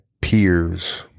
peers